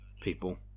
people